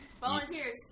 volunteers